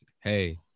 hey